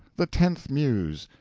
the tenth muse,